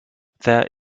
there